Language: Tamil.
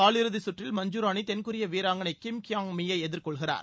காலிறுதி கற்றில் மஞ்சராணி தென் கொரிய வீராங்கனை கிம் கியாங் மி யை எதிர்கொள்கிறார்